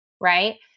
right